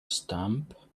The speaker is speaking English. stamp